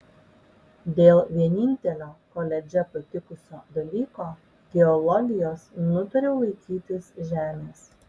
dėl vienintelio koledže patikusio dalyko geologijos nutariau laikytis žemės